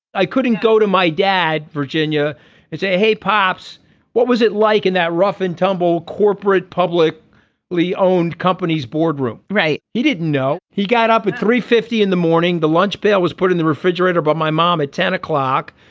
i couldn't go to my dad virginia and say hey pops what was it like in that rough and tumble corporate public lee owned companies boardroom. right. he didn't know he got up at three hundred and fifty in the morning the lunch pail was put in the refrigerator by my mom at ten o'clock.